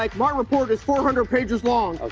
like my report is four hundred pages long.